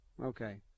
Okay